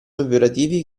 operativi